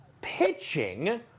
pitching